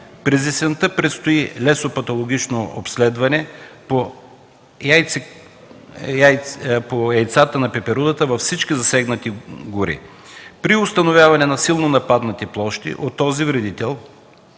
През есента предстои лесопатологично обследване по яйцата на пеперудата във всички засегнати гори. При установяване на силно нападнати площи от този вредител,